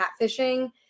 catfishing